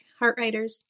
Heartwriters